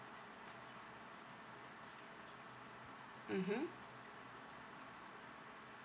mmhmm